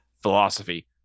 philosophy